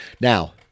now